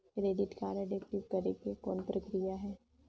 Credit card active करे के कौन प्रक्रिया हवे?